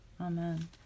Amen